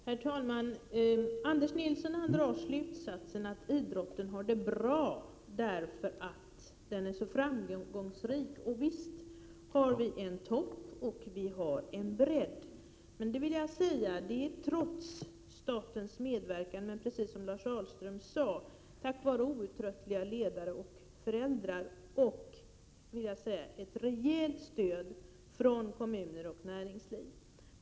Herr talman! Anders Nilsson drar slutsatsen att idrotten har det bra, eftersom den är så framgångsrik. Visst har vi en topp, och vi har en bredd. Det har vi emellertid trots statens medverkan. Verksamheten kan precis som Prot. 1987/88:136 Lars Ahlström sade drivas tack vare oförtröttliga ledare och föräldrar och, 8 juni 1988 vill jag säga, ett rejält stöd från kommuner och näringsliv.